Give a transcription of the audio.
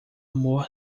amor